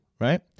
Right